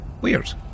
Weird